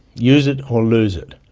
use it or lose it.